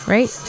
Right